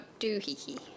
doohickey